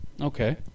Okay